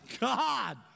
God